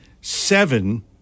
seven